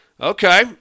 Okay